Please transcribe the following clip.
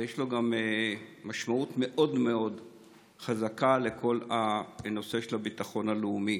ויש לו גם משמעות מאוד מאוד חזקה בכל הנושא של הביטחון הלאומי.